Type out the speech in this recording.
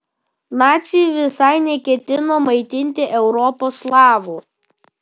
naciai visai neketino maitinti europos slavų